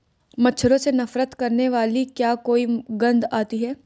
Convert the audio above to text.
मच्छरों से नफरत करने वाली क्या कोई गंध आती है?